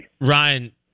Ryan